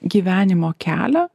gyvenimo kelią